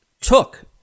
took